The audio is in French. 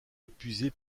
épuisée